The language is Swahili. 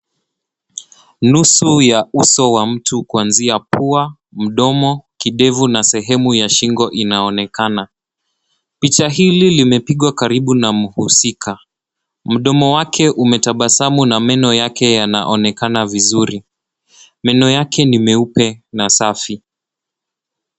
Nusu ya uso wa mtu kuanzia pua, mdomo, kidevu na hadi sehemu ya shingo inaonekana. Mdomo wake umetabasamu na meno meupe, safi yanaonekana vizuri.